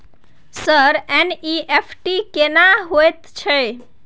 Sir NEFT केना होयत छै?